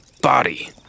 body